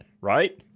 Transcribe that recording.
right